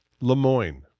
LeMoyne